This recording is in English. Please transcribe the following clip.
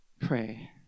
Pray